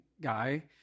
guy